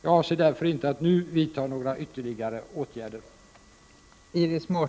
Jag avser därför inte att nu vidta några ytterligare åtgärder.